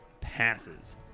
Passes